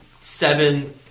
seven